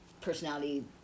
personality